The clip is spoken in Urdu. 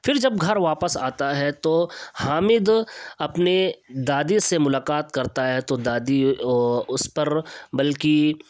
پھر جب گھر واپس آتا ہے تو حامد اپنے دادی سے ملاقات کرتا ہے تو دادی اس پر بلکہ